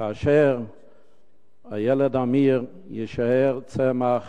והילד אמיר יישאר צמח,